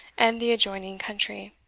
and the adjoining country.